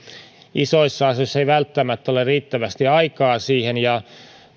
isoissa asioissa ei välttämättä ole riittävästi aikaa siihen